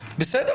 בסדר,